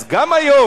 אז גם היום,